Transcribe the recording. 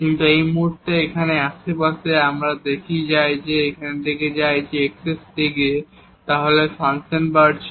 কিন্তু এই মুহুর্তে এখানে আশেপাশে আমরা দেখি যদি আমরা এই দিকে যাই এই x এর দিকে তাহলে ফাংশন বাড়ছে